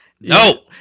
No